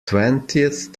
twentieth